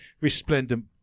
resplendent